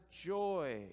joy